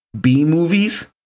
B-movies